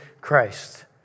Christ